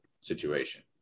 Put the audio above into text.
situation